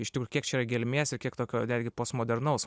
iš tikrųjų kiek čia yra gelmės ir kiek tokio netgi postmodernaus